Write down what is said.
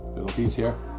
piece here.